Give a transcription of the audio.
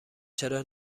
چرا